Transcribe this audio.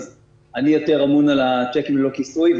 אני יותר אמון על הצ'קים ללא כיסוי,